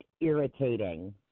irritating